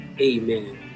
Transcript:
Amen